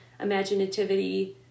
imaginativity